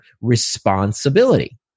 responsibility